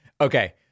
Okay